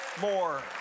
more